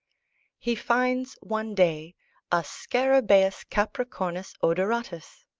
he finds one day a scarabaus capricornus odoratus,